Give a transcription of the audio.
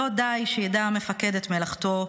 "לא די שיידע המפקד את מלאכתו.